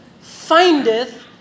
findeth